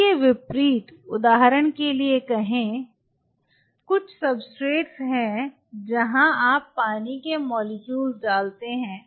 इसके विपरीत उदाहरण के लिए कहें कुछ सबस्ट्रेट्स हैं जहां आप पानी के मोलेक्युल्स डालते हैं